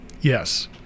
yes